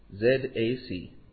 z-a-c